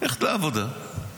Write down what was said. ללכת לעבודה,